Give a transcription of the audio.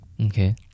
okay